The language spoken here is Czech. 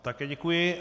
Také děkuji.